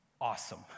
Awesome